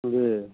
जी